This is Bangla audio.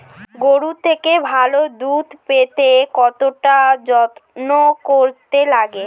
গরুর থেকে ভালো দুধ পেতে কতটা যত্ন করতে লাগে